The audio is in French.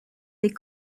des